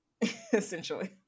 essentially